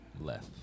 left